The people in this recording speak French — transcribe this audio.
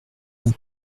d’un